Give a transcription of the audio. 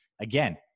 again